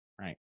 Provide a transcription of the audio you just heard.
Right